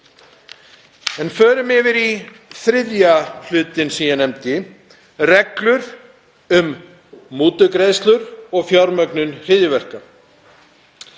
Förum yfir í þriðja hlutinn sem ég nefndi, reglur um mútugreiðslur og fjármögnun hryðjuverka.